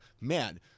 man